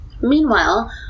Meanwhile